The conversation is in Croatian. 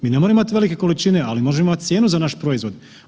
Mi ne moramo imat velike količine, ali možemo imati cijenu za naš proizvod.